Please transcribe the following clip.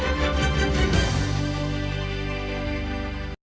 Дякую.